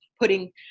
putting